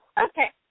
Okay